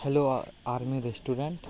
hello army restaurant